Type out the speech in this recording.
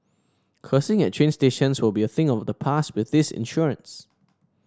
cursing at train stations will be a thing of the past with this insurance